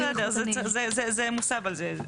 בסדר, זה מוסב על זה.